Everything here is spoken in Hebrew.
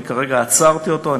אני כרגע עצרתי אותו,